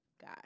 guy